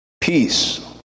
Peace